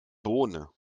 bohne